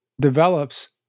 develops